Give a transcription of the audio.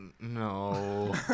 no